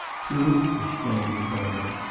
true, exclaimed ricardo.